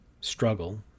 struggle